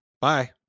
Bye